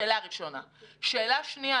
שאלה שנייה,